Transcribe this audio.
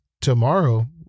tomorrow